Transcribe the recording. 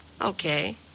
Okay